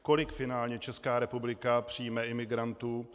Kolik finálně Česká republika přijme imigrantů?